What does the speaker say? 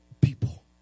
people